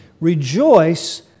Rejoice